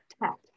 tech